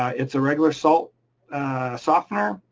ah it's a regular salt softener,